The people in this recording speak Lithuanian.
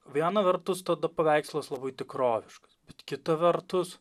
viena vertus tada paveikslas labai tikroviškas kita vertus